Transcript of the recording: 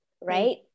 right